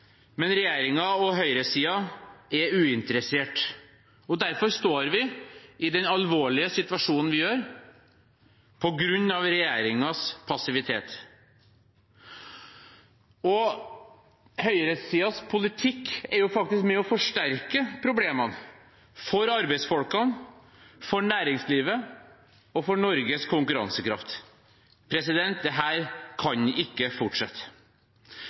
men regjeringen, og høyresiden, er uinteressert. Derfor står vi i den alvorlige situasjonen vi gjør, på grunn av regjeringens passivitet. Høyresidens politikk er faktisk med på å forsterke problemene – for arbeidsfolkene, for næringslivet og for Norges konkurransekraft. Dette kan ikke fortsette.